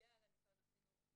לסייע למשרד החינוך,